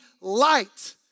light